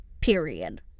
period